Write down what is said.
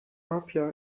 apia